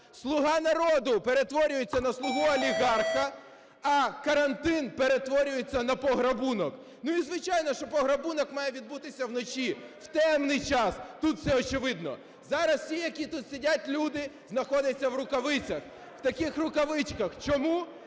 "Слуга народу" перетворюється на "слугу олігарха", а карантин перетворюється на пограбунок. Ну, і звичайно, що пограбунок має відбутися вночі, в темний час. Тут це очевидно. Зараз всі, які тут сидять люди, знаходяться в рукавицях, в таких рукавичках. Чому?